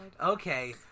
Okay